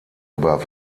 über